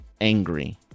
angry